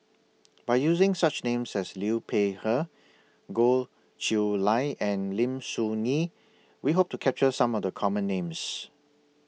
By using such Names as Liu Peihe Goh Chiew Lye and Lim Soo Ngee We Hope to capture Some of The Common Names